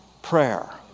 Prayer